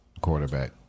quarterback